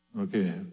Okay